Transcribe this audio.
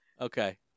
Okay